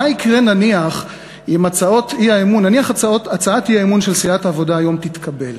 נניח, הצעת האי-אמון של סיעת העבודה היום תתקבל